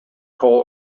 coal